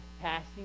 passing